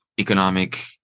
economic